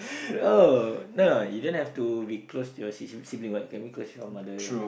oh no no you don't have to be close to your sib~ sibling what you can be close to your mother